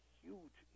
huge